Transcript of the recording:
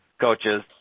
coaches